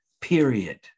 period